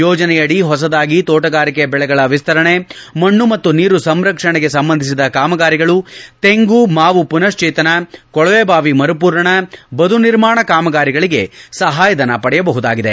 ಯೋಜನೆಯಡಿ ಹೊಸದಾಗಿ ತೋಟಗಾರಿಕೆ ಬೆಳೆಗಳ ವಿಸ್ತರಣೆ ಮಣ್ಣು ಮತ್ತು ನೀರು ಸಂರಕ್ಷಣೆಗೆ ಸಂಬಂಧಿಸಿದ ಕಾಮಗಾರಿಗಳು ತೆಂಗು ಮಾವು ಪುನಃಶ್ವೇತನ ಕೊಳವೆಬಾವಿ ಮರುಪೂರಣ ಬದು ನಿರ್ಮಾಣ ಕಾಮಗಾರಿಗಳಿಗೆ ಸಹಾಯಧನ ಪಡೆಯಬಹುದಾಗಿದೆ